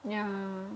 yeah